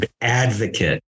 advocate